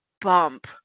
bump